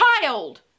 child